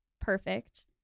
perfect